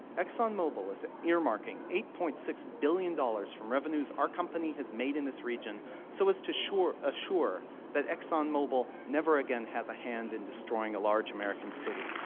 exxonmobil is earmarking eight point six billion dollars from revenues our company has made in this region so as to assure assure that exxonmobil never again has a hand in destroying a large american city.